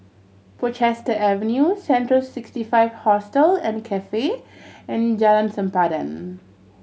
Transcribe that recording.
Portchester Avenue Central Sixty Five Hostel and Cafe and Jalan Sempadan